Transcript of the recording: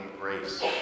Grace